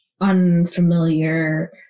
unfamiliar